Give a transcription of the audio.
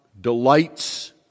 delights